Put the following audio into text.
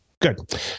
Good